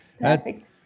perfect